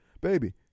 baby